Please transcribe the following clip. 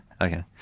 okay